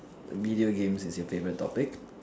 video games is your favorite topic